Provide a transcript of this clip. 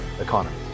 economy